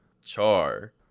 char